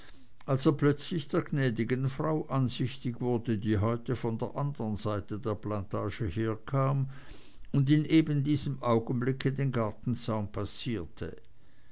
als er plötzlich der gnädigen frau ansichtig wurde die heute von der anderen seite der plantage herkam und in ebendiesem augenblicke den gartenzaun passierte